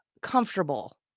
comfortable